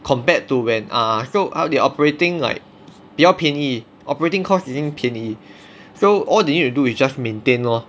compared to when ah so their operating like 比较便宜 operating costs 已经便宜 so all they need to do is just maintain lor